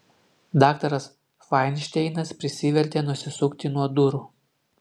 daktaras fainšteinas prisivertė nusisukti nuo durų